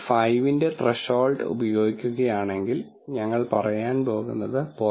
5 ന്റെ ത്രെഷോൾഡ് ഉപയോഗിക്കുകയാണെങ്കിൽ ഞങ്ങൾ പറയാൻ പോകുന്നത് 0